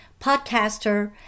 podcaster